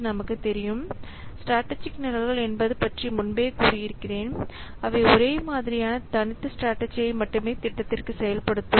நமக்கு தெரியும் ஸ்ட்ராடஜிக் நிரல்கள் என்பது பற்றி முன்பே கூறியிருக்கிறேன் அவை ஒரே மாதிரியான தனித்த ஸ்ட்ராடஜியை மட்டுமே திட்டத்திற்கு செயல்படுத்தும்